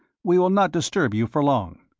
we will not disturb you for long.